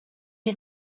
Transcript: you